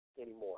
anymore